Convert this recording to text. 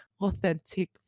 authentic